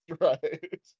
Right